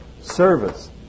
service